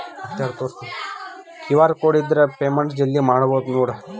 QR code ಇದ್ರ payment ಜಲ್ದಿ ಮಾಡಬಹುದು ನೋಡ್